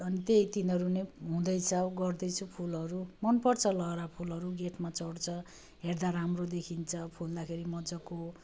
अनि त्यहीँ तिनीहरू नै हुँदैछ गर्दैछु फुलहरू मनपर्छ लहरा फुलहरू गेटमा चढ्छ हेर्दा राम्रो देखिन्छ फुल्दाखेरि मजाको